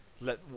let